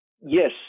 Yes